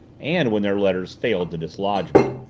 and when their letters failed to dislodge me.